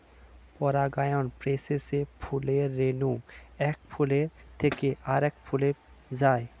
পরাগায়ন প্রসেসে ফুলের রেণু এক ফুল থেকে আরেক ফুলে যায়